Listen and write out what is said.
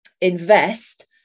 invest